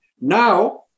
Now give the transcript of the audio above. Now